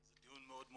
זה דיון מאוד חשוב.